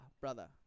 brother